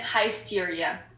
hysteria